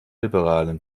liberalen